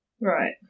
Right